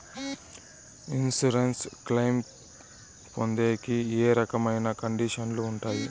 Insurance claim పొందేకి ఏ రకమైన కండిషన్లు ఉంటాయి?